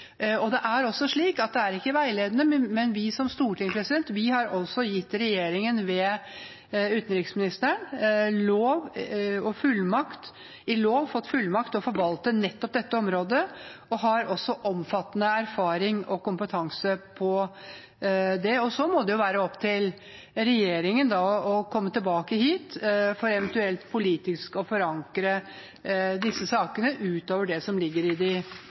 Det er ikke veiledende. Vi, Stortinget, har gitt regjeringen, ved utenriksministeren, fullmakt ved lov til å forvalte dette området, og de har omfattende erfaring og kompetanse på dette området. Så må det være opp til regjeringen å komme tilbake hit for eventuelt å forankre politisk disse sakene utover det som ligger i de